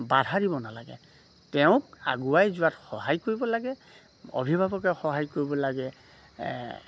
বাধা দিব নালাগে তেওঁক আগুৱাই যোৱাত সহায় কৰিব লাগে অভিভাৱকে সহায় কৰিব লাগে